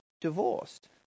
divorced